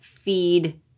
Feed